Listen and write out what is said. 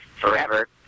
forever